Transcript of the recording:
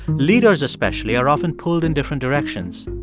leaders, especially, are often pulled in different directions.